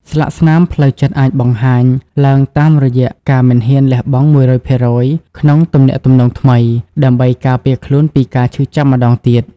ស្លាកស្នាមផ្លូវចិត្តអាចបង្ហាញឡើងតាមរយៈការមិនហ៊ានលះបង់ ១០០% ក្នុងទំនាក់ទំនងថ្មី ដើម្បីការពារខ្លួនពីការឈឺចាប់ម្តងទៀត។